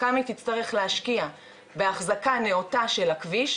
כמה היא תצטרך להשקיע באחזקה נאותה של הכביש,